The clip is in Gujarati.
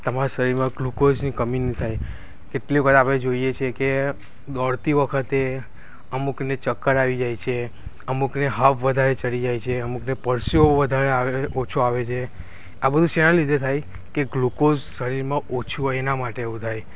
તમારા શરીરમાં ગ્લુકોઝની કમી ન થાય કેટલી વખત આપણે જોઈએ છીએ કે દોડતી વખતે અમુકને ચક્કર આવી જાય છે અમુકને હાંફ વધારે ચડી જાય છે અમુકને પરસેવો વધારે આવે છે ઓછો આવે છે આ બધું શેના લીધે થાય કે ગ્લુકોઝ શરીરમાં ઓછું હોય એના માટે એવું થાય